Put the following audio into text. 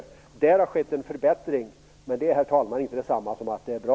Där har det skett en förbättring, men det är inte detsamma som att det är bra.